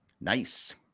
Nice